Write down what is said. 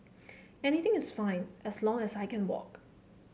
anywhere is fine as long as I can walk